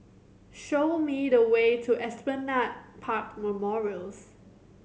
show me the way to Esplanade Park Memorials